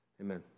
amen